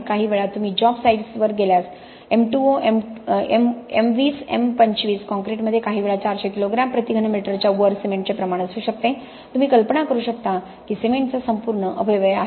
काहीवेळा तुम्ही जॉब साइट्सवर गेल्यास M20 M25 कॉंक्रिटमध्ये काही वेळा 400 किलोग्रॅम प्रति घनमीटरच्या वर सिमेंटचे प्रमाण असू शकते तुम्ही कल्पना करू शकता की सिमेंटचा संपूर्ण अपव्यय आहे